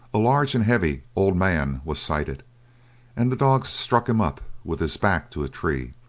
a large and heavy old man was sighted and the dogs stuck him up with his back to a tree.